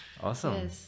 Awesome